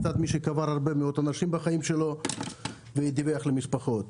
מצד מי שקבר הרבה מאוד אנשים בחיים שלו ודיווח למשפחות.